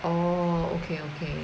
oh okay okay